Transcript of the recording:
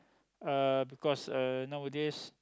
uh because uh nowadays